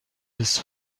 his